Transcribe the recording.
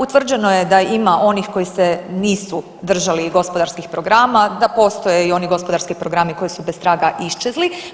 Utvrđeno je da ima onih koji se nisu držali gospodarskih programa, da postoje i oni gospodarski programi koji su bez traga iščezli.